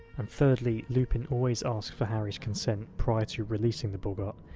and thirdly, lupin always asks for harry's consent prior to releasing the boggart,